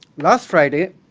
last friday,